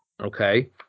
Okay